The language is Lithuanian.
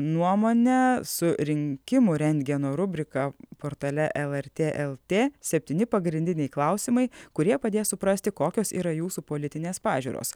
nuomonč su rinkimų rentgeno rubrika portale lrt lt septyni pagrindiniai klausimai kurie padės suprasti kokios yra jūsų politinės pažiūros